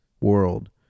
world